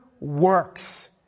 works